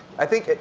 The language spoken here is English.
i think,